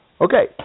Okay